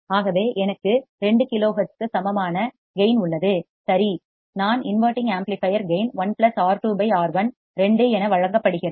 ஆகவே எனக்கு 2 க்கு சமமான கேயின் உள்ளது சரி நான் inverting amplifier gain 1 R2 R1 2 என வழங்கப்படுகிறது